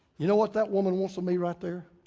you know what that woman wants of me right there?